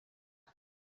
aha